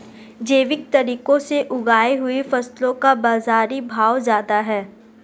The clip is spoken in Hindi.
जैविक तरीके से उगाई हुई फसलों का बाज़ारी भाव ज़्यादा है